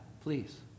please